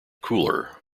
cooler